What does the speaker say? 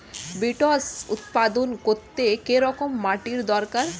Beets উৎপাদন করতে কেরম মাটির দরকার হয়?